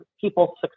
people